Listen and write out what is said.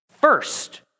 First